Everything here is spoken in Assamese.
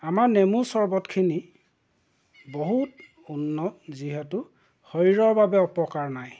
আমাৰ নেমু চৰবতখিনি বহুত উন্নত যিহেতু শৰীৰৰ বাবে অপকাৰ নাই